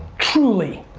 truly,